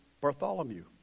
Bartholomew